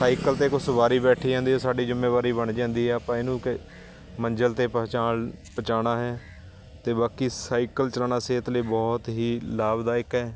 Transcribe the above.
cycle 'ਤੇ ਕੋਈ ਸਵਾਰੀ ਬੈਠੀ ਜਾਂਦੀ ਉਹ ਸਾਡੀ ਜਿੰਮੇਵਾਰੀ ਬਣ ਜਾਂਦੀ ਹੈ ਆਪਾਂ ਇਹਨੂੰ ਮੰਜ਼ਿਲ 'ਤੇ ਪਹੁੰਚਾਣ ਪਹੁੰਚਾਣਾ ਹੈ ਅਤੇ ਬਾਕੀ ਸਾਈਕਲ ਚਲਾਉਣਾ ਸਿਹਤ ਲਈ ਬਹੁਤ ਹੀ ਲਾਭਦਾਇਕ ਹੈ